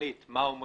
תכנית מה אומר